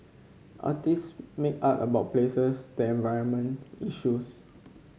artist make art about places then environment issues